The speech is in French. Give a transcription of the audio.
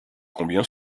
combien